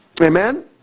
Amen